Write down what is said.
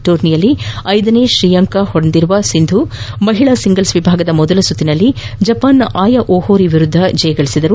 ಟೂರ್ನಿಯಲ್ಲಿ ಐದನೇ ಶ್ರೇಯಾಂಕ ಹೊಂದಿರುವ ಸಿಂಧೂ ಮಹಿಳಾ ಸಿಂಗಲ್ಲ್ ವಿಭಾಗದ ಮೊದಲ ಸುತ್ತಿನಲ್ಲಿ ಜಪಾನಿನ ಅಯಾ ಒಹೊರಿ ವಿರುದ್ಧ ಜಯ ಗಳಿಸಿದರು